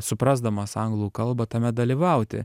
suprasdamas anglų kalbą tame dalyvauti